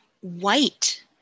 white